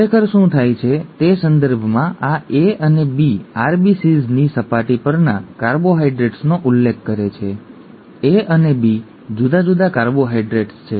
ખરેખર શું થાય છે તે સંદર્ભમાં આ A અને B RBCsની સપાટી પરના કાર્બોહાઇડ્રેટ્સનો ઉલ્લેખ કરે છે A અને B જુદા જુદા કાર્બોહાઇડ્રેટ્સ છે